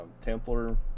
Templar